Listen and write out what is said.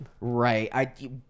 Right